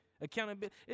accountability